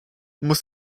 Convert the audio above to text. muss